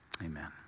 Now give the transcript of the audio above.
Amen